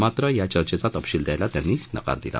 मात्र यावेळी चर्चेचा तपशील द्यायला त्यांनी नकार दिला